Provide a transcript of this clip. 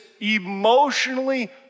emotionally